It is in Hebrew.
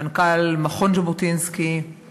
מנכ"ל מכון ז'בוטינסקי,